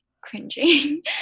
cringing